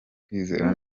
ukwizera